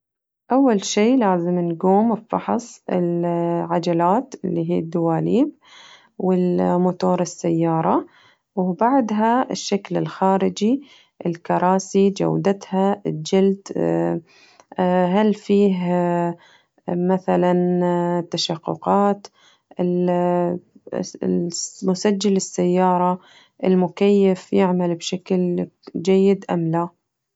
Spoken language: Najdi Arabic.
أول شي لازم نقوم بفحص العجلات اللي هي الدواليب والموتور السيارة وبعدها الشكل الخارجي الكراسي جودتها الجلد هل فيه مثلاً تشققات ال المسجل السيارة المكيف يعمل بشكل جيد أم لا.